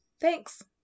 Thanks